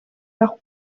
nach